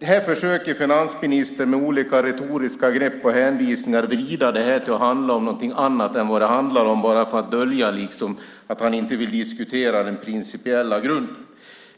Här försöker finansministern genom olika retoriska grepp och hänvisningar vrida det till att handla om någonting annat än det i själva verket handlar om för att dölja att han inte vill diskutera den principiella grunden.